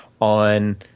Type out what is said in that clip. on